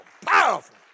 powerful